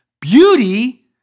beauty